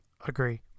agree